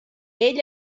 ell